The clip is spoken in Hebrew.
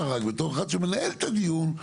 בתור אחד שמנהל את הדיון,